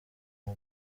nta